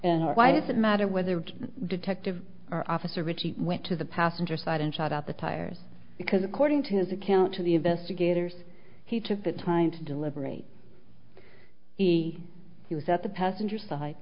and why does it matter whether detective our officer richie went to the passenger side and shot out the tires because according to his account to the investigators he took the time to deliberate he he was at the passenger side